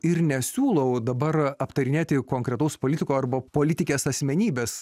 ir nesiūlau dabar aptarinėti konkretaus politiko arba politikės asmenybės